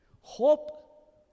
Hope